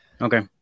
okay